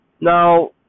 Now